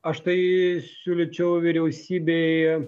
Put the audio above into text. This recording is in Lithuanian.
aš tai siūlyčiau vyriausybėj